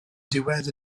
diwedd